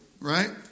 right